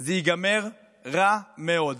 זה ייגמר רע מאוד.